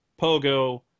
Pogo